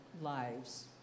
lives